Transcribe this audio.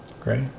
Great